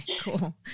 cool